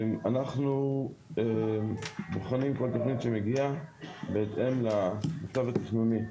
אנחנו בוחנים כל תוכנית שמגיעה בהתאם לצו התכנוני.